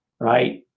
right